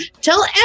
Tell